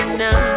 now